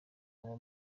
uba